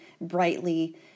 brightly